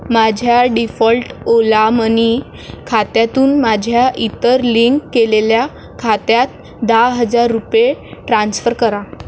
माझ्या default Ola money खात्यातून माझ्या इतर लिंक केलेल्या खात्यात दहा हजार रुपये ट्रान्स्फर करा